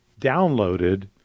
downloaded